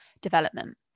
development